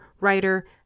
writer